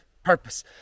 Purpose